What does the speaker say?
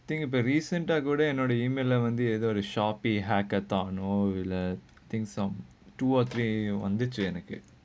think about same time I go there and err the email lemon monday you know the sharpie hacker town or wheeler thing some two or three you wanted to etiquette